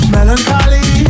Melancholy